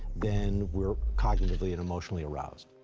then we're cognitively and emotionally aroused.